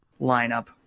lineup